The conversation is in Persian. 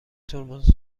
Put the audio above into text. ترمز